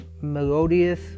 melodious